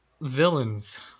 Villains